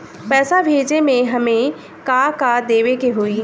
पैसा भेजे में हमे का का देवे के होई?